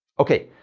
okay,